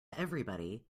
everybody